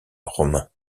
romain